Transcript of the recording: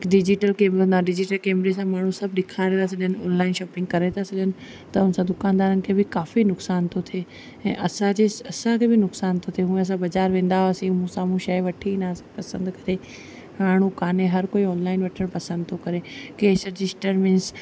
digital camera digital कैमरे सां माण्हू सभु ॾेखारे था सघनि ऑनलाइन शॉपिंग करे था सघनि त सभु दुकानदारनि खे बि काफ़ी नुक़सानु थो थिए ऐं असांजे असांखे बि नुक़सानु थो थिए उअं असां बज़ारि वेंदा हुआसीं साम्हूं शइ वठी ईंदा हुआसीं पसंदि करे हाणे हू काने हर कोई ऑनलाइन वठणु पसंदि थो करे कैश रजिस्टर मिंस